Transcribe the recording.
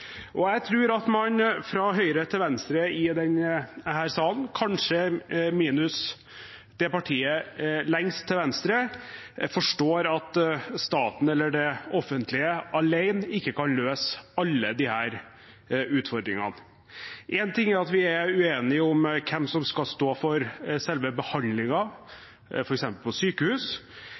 Jeg tror at man fra høyre til venstre i denne salen, kanskje minus partiet lengst til venstre, forstår at staten eller det offentlige alene ikke kan løse alle disse utfordringene. Én ting er at vi er uenige om hvem som skal stå for selve behandlingen, f.eks. på sykehus,